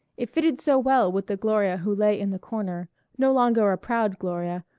it fitted so well with the gloria who lay in the corner no longer a proud gloria,